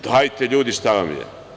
Dajte ljudi, šta vam je.